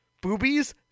Boobies